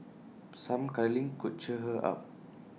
some cuddling could cheer her up